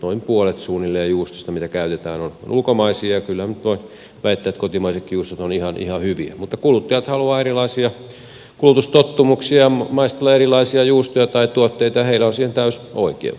noin puolet suunnilleen juustoista mitä käytetään on ulkomaisia ja kyllähän minä nyt voin väittää että kotimaisetkin juustot ovat ihan hyviä mutta kuluttajat haluavat erilaisia kulutustottumuksia ja maistella erilaisia juustoja tai tuotteita ja heillä on siihen täysi oikeus